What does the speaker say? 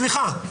סליחה,